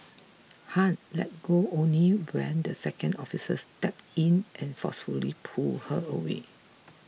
Han let go only when the second officer stepped in and forcefully pulled her away